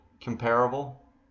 comparable